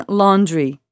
laundry